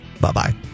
Bye-bye